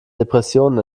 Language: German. depressionen